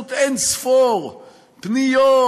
באמצעות אין-ספור פניות,